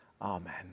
Amen